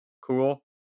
cool